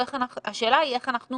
השאלה היא איך אנחנו